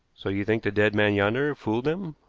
so you think the dead man yonder fooled them?